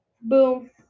Boom